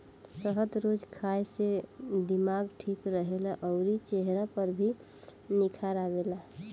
शहद रोज खाए से दिमाग ठीक रहेला अउरी चेहरा पर भी निखार आवेला